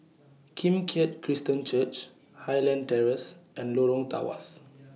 Kim Keat Christian Church Highland Terrace and Lorong Tawas